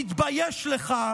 תתבייש לך.